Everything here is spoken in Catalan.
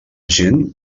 gent